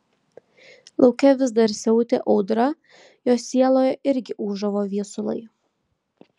lauke vis dar siautė audra jo sieloje irgi ūžavo viesulai